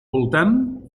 voltant